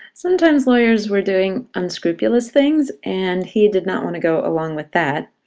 sometimes lawyers were doing unscrupulous things, and he did not want to go along with that.